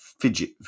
Fidget